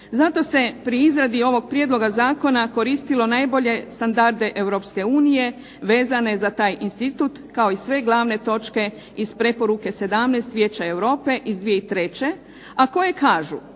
Zato se pri izradi ovog Prijedloga zakona koristilo najbolje standarde Europske unije vezano za taj institut kao i sve glavne točke iz preporuke 17. Vijeća Europe iz 2003., a koje kažu